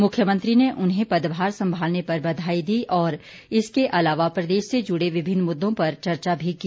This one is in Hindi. मुख्यमंत्री ने उन्हें पदभार संभालने पर बधाई दी और इसके अलावा प्रदेश से जुड़े विभिन्न मुद्दों पर चर्चा की